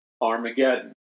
Armageddon